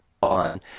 on